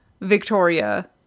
Victoria